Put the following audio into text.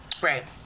right